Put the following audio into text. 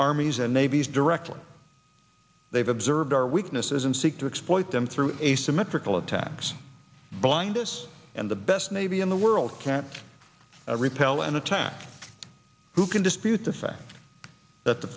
armies and navies directly they've observed our weaknesses and seek to exploit them through asymmetrical attacks blindness and the best navy in the world can't repel an attack who can dispute the fact that the